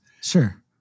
Sure